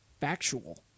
Factual